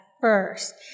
first